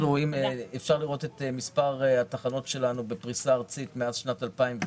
אפשר לראות את מספר התחנות שלנו בפריסה ארצית מאז שנת 2010